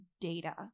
data